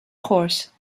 horse